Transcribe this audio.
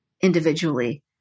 individually